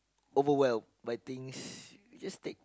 overwhelmed by things you just take